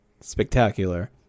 spectacular